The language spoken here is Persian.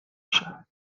میشود